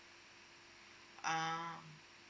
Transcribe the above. ah